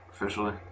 officially